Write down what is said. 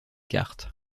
carte